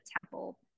temple